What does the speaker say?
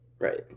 right